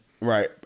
Right